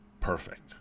perfect